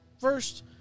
first